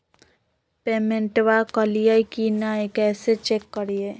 पेमेंटबा कलिए की नय, कैसे चेक करिए?